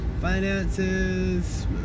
Finances